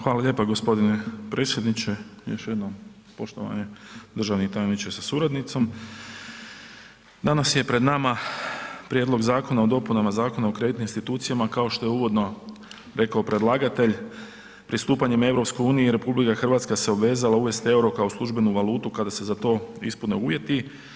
Hvala lijepa g. predsjedniče, još jednom poštovani državni tajniče sa suradnicom, danas je pred nama prijedlog Zakona o dopunama Zakona o kreditnim institucijama kao što je uvodno rekao predlagatelj, pristupanjem EU RH se obvezala uvesti EUR-o kao službenu valutu kada se za to ispune uvjeti.